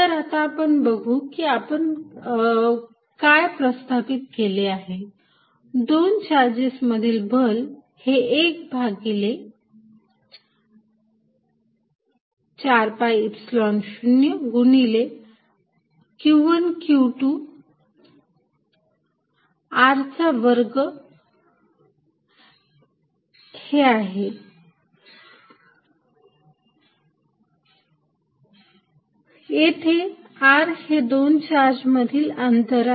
तर आता आपण बघू की आपण काय प्रस्थापित केले आहे दोन चार्जेस मधील बल हे एक भागिले ०१ भागिले ४ पाय एपसिलोन ० गुणिले q१ q२ भागिले r चा वर्ग येथे r हे दोन चार्ज मधील आंतर आहे